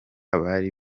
abari